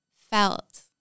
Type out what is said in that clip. felt